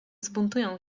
zbuntują